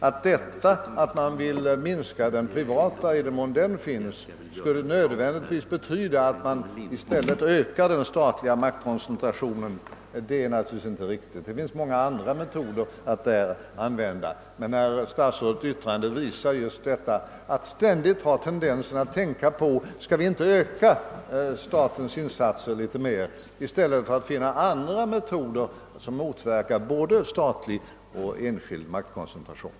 Att ett minskande av den privata maktkoncentrationen — i den mån nu en sådan finns — nödvändigtvis skulle betyda att man i stället ökar den statliga maktkoncentrationen är naturligtvis inte riktigt. Man kan använda många andra metoder, men statsrådets yttrande visar att det finns en ständig tendens att öka statens insatser i stället för att försöka finna andra metoder som motverkar både statlig och enskild maktkoncentration.